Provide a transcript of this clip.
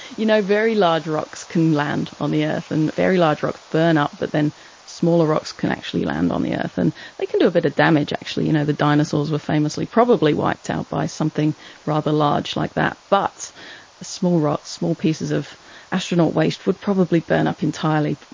you know, very large rocks can land on the earth and very large rocks burn up but then smaller rocks can actually land on the earth, and they can do a bit of damage actually. you know, the dinosaurs were famously probably wiped out by something rather large like that. but small rocks, small pieces of astronaut waste would probably burn up entirely,